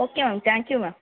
okay ma'am thank you ma'am